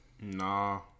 Nah